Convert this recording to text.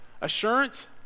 assurance